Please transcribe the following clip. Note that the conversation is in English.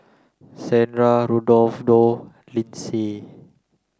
Shandra Rodolfo Linsey